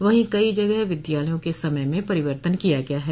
वहीं कई जगह विद्यालयों के समय में परिवर्तन किया गया है